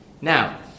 Now